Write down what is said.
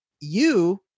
you-